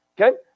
Okay